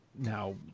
Now